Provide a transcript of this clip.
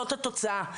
זאת התוצאה.